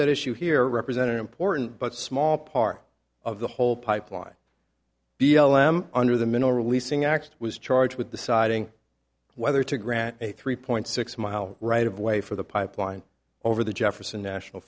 at issue here represent an important but small part of the whole pipeline b l m under the mineral releasing act was charged with deciding whether to grant a three point six mile right of way for the pipeline over the jefferson national